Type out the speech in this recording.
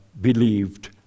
believed